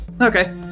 Okay